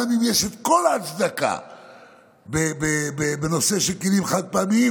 גם אם יש את כל ההצדקה בנושא של כלים חד-פעמיים,